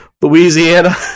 Louisiana